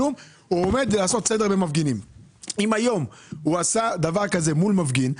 אם היום הוא עשה את זה עם מכתזית מול מפגין,